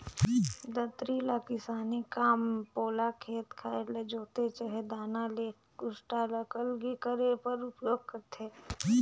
दँतरी ल किसानी काम मे पोला खेत खाएर ल जोते चहे दाना ले कुसटा ल अलगे करे बर उपियोग करथे